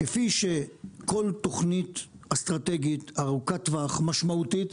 כפי שכל תכנית אסטרטגית ארוכת טווח משמעותית,